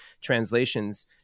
translations